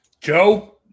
Joe